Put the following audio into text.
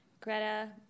Greta